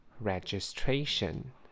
registration